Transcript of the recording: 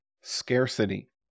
scarcity